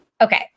okay